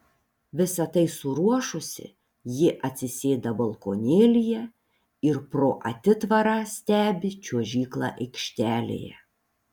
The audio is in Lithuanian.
visa tai suruošusi ji atsisėda balkonėlyje ir pro atitvarą stebi čiuožyklą aikštelėje